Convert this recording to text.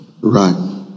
right